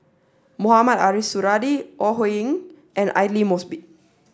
Mohamed Ariff Suradi Ore Huiying and Aidli Mosbit